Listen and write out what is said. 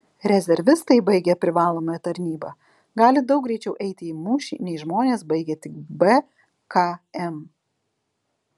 rezervistai baigę privalomąją tarnybą gali daug greičiau eiti į mūšį nei žmonės baigę tik bkm